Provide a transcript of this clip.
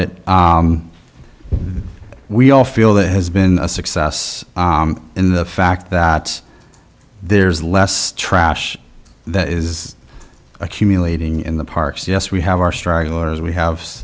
it we all feel that has been a success in the fact that there's less trash that is accumulating in the parks yes we have our strugglers we have